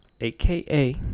AKA